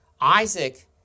Isaac